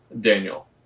Daniel